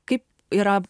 kaip yra